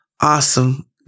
awesome